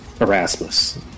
Erasmus